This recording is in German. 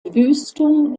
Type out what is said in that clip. wüstung